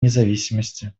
независимости